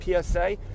PSA